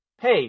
Hey